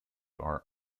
are